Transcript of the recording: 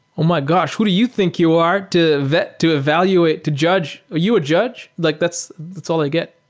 oh my gosh! who do you think you are to vet, to evaluate, to judge? are you a judge? like that's that's all i get.